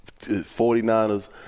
49ers